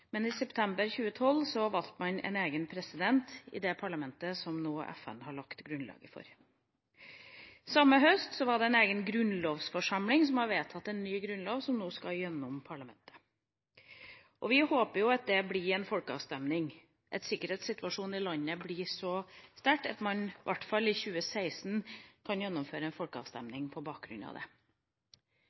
men i september 2012 valgte man en egen president i det parlamentet som FN nå har lagt grunnlaget for. Samme høst var det en egen grunnlovsforsamling som har vedtatt en ny grunnlov som nå skal igjennom i parlamentet, og vi håper at det blir en folkeavstemning – at sikkerhetssituasjonen i landet blir så god at man i hvert fall i 2016 kan gjennomføre en folkeavstemning på bakgrunn av